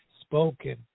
spoken